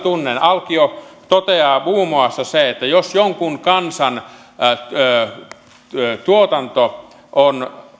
tunnen alkio toteaa muun muassa että jos jonkun kansan tuotanto on